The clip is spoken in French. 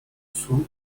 sous